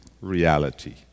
reality